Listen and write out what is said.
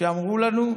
יורדים לנו לחיים.